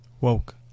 Woke